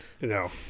No